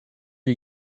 you